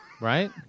Right